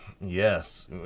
yes